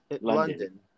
London